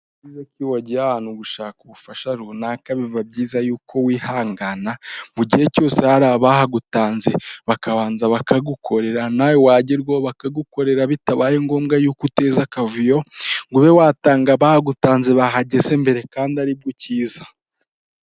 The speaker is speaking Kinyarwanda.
Buriya iyo wagiye ahantu gushaka ubufasha runaka, biba byiza y'uko wihangana mu gihe cyose hari abahagutanze bakabanza bakagukorera, nawe wageraho bakagukorera, bitabaye ngombwa y'uko uteza akavuyo ngo ube watanga abagutanze bahageze mbere kandi ariho ukiza.